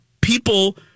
people